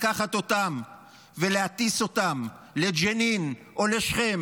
לקחת אותם ולהטיס אותם לג'נין או לשכם